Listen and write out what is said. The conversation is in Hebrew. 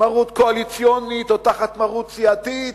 מרות קואליציונית או תחת מרות סיעתית,